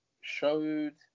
showed